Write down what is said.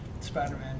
Spider-Man